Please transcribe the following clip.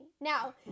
Now